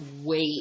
wait